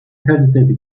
hesitate